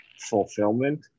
fulfillment